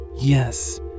Yes